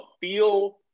feel